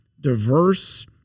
diverse